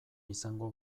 izango